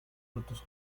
frutos